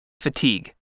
fatigue